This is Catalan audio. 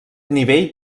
nivell